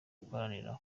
guharanira